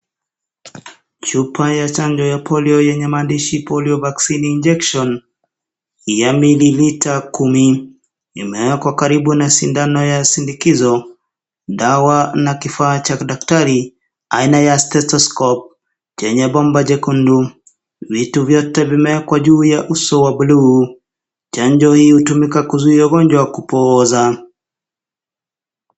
Chupa ya chanjo ya polio yenye maandishi polio vaccine injection ya mililita kumi imeekwa karibu na sindano ya sindikizo, dawa na kifaa cha daktari aina ya stethoscope chenye bomba jekundu, vitu vyote vimeekwa kwenye uso wa bluu. Chanjo hii huumika kuzuia ugonjwa wa kupooza.